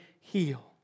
heal